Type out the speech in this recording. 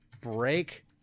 break